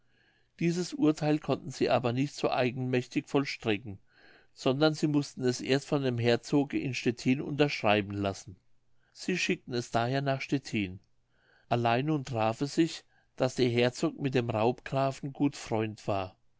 dieses urtel konnten sie aber nicht so eigenmächtig vollstrecken sondern sie mußten es erst von dem herzoge in stettin unterschreiben lassen sie schickten es daher nach stettin allein nun traf es sich daß der herzog mit dem raubgrafen gut freund war